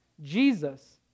Jesus